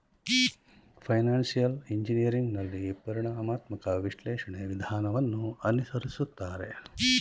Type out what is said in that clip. financial engineering ನಲ್ಲಿ ಪರಿಣಾಮಾತ್ಮಕ ವಿಶ್ಲೇಷಣೆ ವಿಧಾನವನ್ನು ಅನುಸರಿಸುತ್ತಾರೆ